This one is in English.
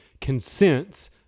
consents